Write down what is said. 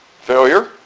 Failure